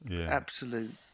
Absolute